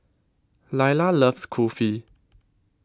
Lyla loves Kulfi